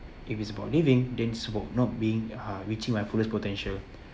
if it's about leaving then it's about not being uh reaching my fullest potential